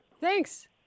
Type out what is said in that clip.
Thanks